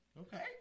Okay